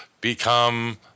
become